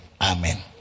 amen